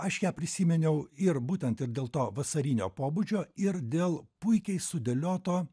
aš ją prisiminiau ir būtent ir dėl to vasarinio pobūdžio ir dėl puikiai sudėlioto